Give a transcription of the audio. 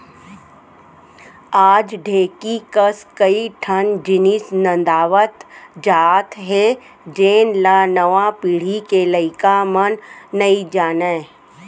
आज ढेंकी कस कई ठन जिनिस नंदावत जात हे जेन ल नवा पीढ़ी के लइका मन नइ जानयँ